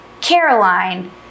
Caroline